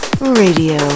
Radio